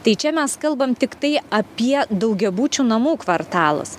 tai čia mes kalbam tiktai apie daugiabučių namų kvartalus